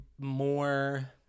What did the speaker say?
more